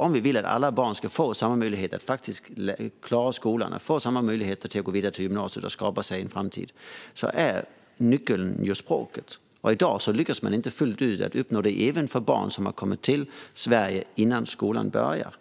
Om vi vill att alla barn ska få samma möjligheter att klara skolan och gå vidare till gymnasiet och skapa sig en framtid är nyckeln just språket. I dag lyckas man inte fullt ut att uppnå det, inte ens för barn som har kommit till Sverige innan skolan börjar.